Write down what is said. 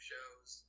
shows